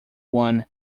won